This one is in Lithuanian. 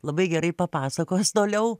labai gerai papasakos toliau